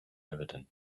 evident